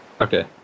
Okay